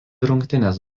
rungtynes